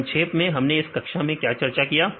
तो संक्षेप में हमने कक्षा में क्या चर्चा किया